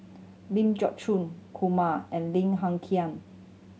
Ling Geok Choon Kumar and Lim Hng Kiang